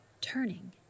Turning